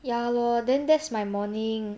ya lor then that's my morning